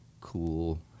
cool